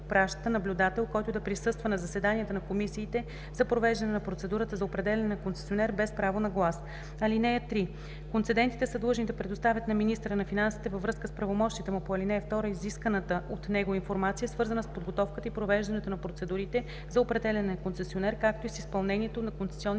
изпраща наблюдател, който да присъства на заседанията на комисиите за провеждане на процедурата за определяне на концесионер без право на глас. (3) Концедентите са длъжни да предоставят на министъра на финансите, във връзка с правомощията му по ал. 2, изискваната от него информация, свързана с подготовката и провеждането на процедурите за определяне на концесионер, както и с изпълнението на концесионните